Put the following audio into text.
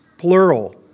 plural